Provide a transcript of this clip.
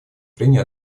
прений